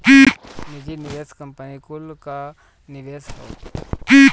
निजी निवेशक कंपनी कुल कअ निवेश हअ